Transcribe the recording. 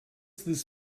this